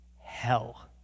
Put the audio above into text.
hell